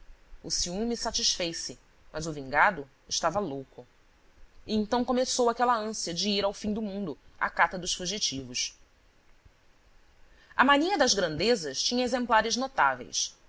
de crueldade o ciúme satisfez-se mas o vingado estava louco e então começou aquela ânsia de ir ao fim do mundo à cata dos fugitivos a mania das grandezas tinha exemplares notáveis